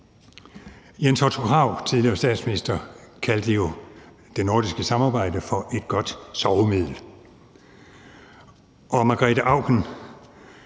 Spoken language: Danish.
Jens Otto Krag, tidligere statsminister, kaldte jo det nordiske samarbejde for et godt sovemiddel, og Margrete Auken